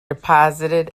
deposited